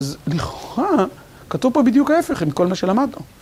‫אז לכוחה כתוב פה בדיוק ההפך ‫עם כל מה שלמדנו.